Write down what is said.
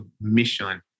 mission